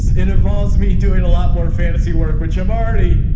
in evolves mi doing a lot more fantasy work, which i'm already,